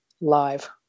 live